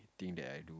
thing that I do